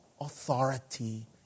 authority